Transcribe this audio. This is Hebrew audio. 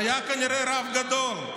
והיה כנראה רב גדול,